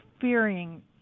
fearing